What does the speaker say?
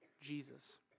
Jesus